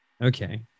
Okay